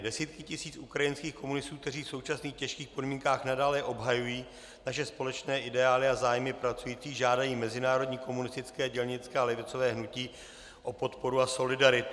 Desítky tisíc ukrajinských komunistů, kteří v současných těžkých podmínkách nadále obhajují naše společné ideály a zájmy pracujících, žádají mezinárodní komunistické, dělnické a levicové hnutí o podporu a solidaritu.